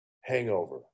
hangover